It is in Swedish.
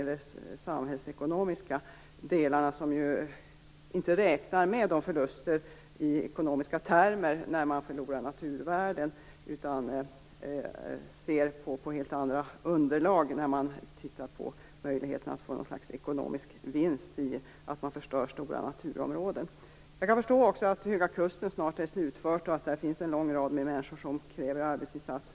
Inom samhällsekonomin räknar man inte med förluster i ekonomiska termer när man förlorar naturvärden, utan man ser på helt andra underlag när man ser på möjligheterna att få någon sorts ekonomisk vinst när man förstör stora naturområden. Jag kan förstå att projektet med Höga kusten snart är slutfört och att det där finns en lång rad människor som kräver arbetsinsatser.